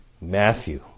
Matthew